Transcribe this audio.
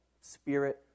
Spirit